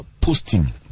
posting